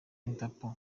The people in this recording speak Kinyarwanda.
interpol